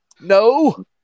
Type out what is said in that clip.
No